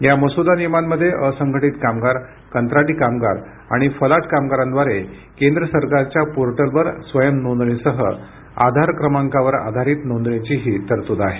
या मसुदा नियमांमध्ये असंघटित कामगार कंत्राटी कामगार आणि फलाट कामगारांद्वारे केंद्र सरकारच्या पोर्टलवर स्वयं नोंदणीसह आधार क्रमांकावर आधारित नोंदणीचीही तरतूद आहे